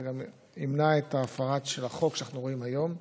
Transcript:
זה גם ימנע את ההפרה של החוק שאנחנו רואים היום.